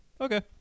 Okay